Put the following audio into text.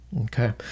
okay